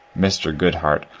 mr. goodhart,